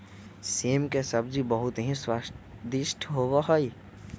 सेम के सब्जी बहुत ही स्वादिष्ट होबा हई